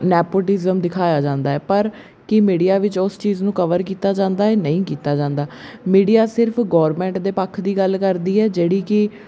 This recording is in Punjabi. ਨੈਪੋਟੀਜ਼ਮ ਦਿਖਾਇਆ ਜਾਂਦਾ ਹੈ ਪਰ ਕੀ ਮੀਡੀਆ ਵਿੱਚ ਉਸ ਚੀਜ਼ ਨੂੰ ਕਵਰ ਕੀਤਾ ਜਾਂਦਾ ਹੈ ਨਹੀਂ ਕੀਤਾ ਜਾਂਦਾ ਮੀਡੀਆ ਸਿਰਫ ਗਵਰਨਮੈਂਟ ਦੇ ਪੱਖ ਦੀ ਗੱਲ ਕਰਦੀ ਹੈ ਜਿਹੜੀ ਕਿ